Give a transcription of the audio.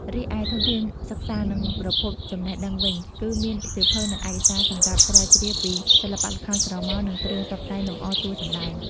រីឯធនធានសិក្សា និងប្រភពចំណេះដឹងវិញ គឺមានសៀវភៅ និងឯកសារសម្រាប់ស្រាវជ្រាវពីសិល្បៈល្ខោនស្រមោល និងគ្រឿងតុបតែងលម្អតួសម្តែង។